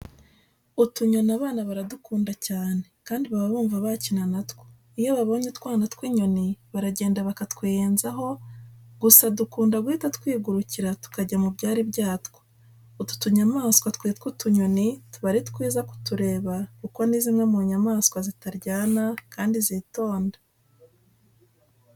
Utunyoni abana baradukunda cyane kandi baba bumva bakina na two. Iyo babonye utwana tw'inyoni baragenda bakatwiyenzaho gusa dukunda guhita twigurukira tukajya mu byari byatwo. Utu tunyamaswa twitwa utunyoni tuba ari twiza kutureba kuko ni zimwe mu nyamaswa zitaryana kandi zitonda.